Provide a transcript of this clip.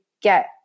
get